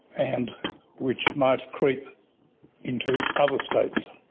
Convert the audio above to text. and which might creep into other states.